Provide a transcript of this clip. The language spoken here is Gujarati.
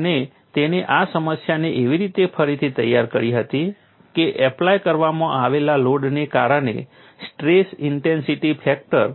અને તેણે આ સમસ્યાને એવી રીતે ફરીથી તૈયાર કરી હતી કે એપ્લાય કરવામાં આવેલા લોડને કારણે સ્ટ્રેસ ઇન્ટેન્સિટી ફેક્ટર